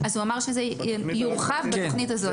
הוא אמר שזה יורחב בתוכנית הזאת.